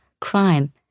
crime